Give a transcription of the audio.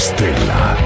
Stella